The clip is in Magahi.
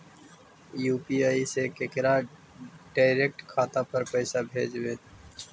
यु.पी.आई से केकरो डैरेकट खाता पर पैसा कैसे भेजबै?